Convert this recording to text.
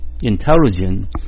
intelligence